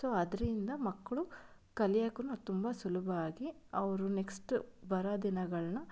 so ಅದರಿಂದ ಮಕ್ಕಳು ಕಲಿಯಕ್ಕೂ ಅದು ತುಂಬ ಸುಲಭ ಆಗಿ ಅವರು ನೆಕ್ಸ್ಟ್ ಬರೋ ದಿನಗಳನ್ನ